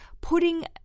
putting